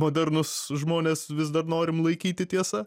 modernūs žmonės vis dar norim laikyti tiesa